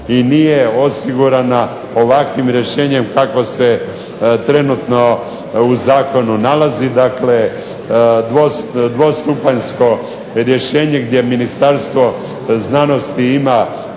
i nije osigurana ovakvim rješenjem kako se trenutno u Zakonu nalazi. Dakle, dvostupanjsko rješenje gdje Ministarstvo znanosti ima